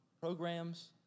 programs